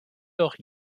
doch